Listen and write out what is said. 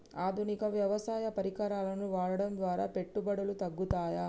ఆధునిక వ్యవసాయ పరికరాలను వాడటం ద్వారా పెట్టుబడులు తగ్గుతయ?